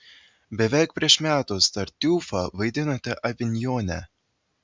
beveik prieš metus tartiufą vaidinote avinjone